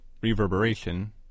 reverberation